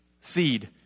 Seed